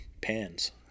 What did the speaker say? pans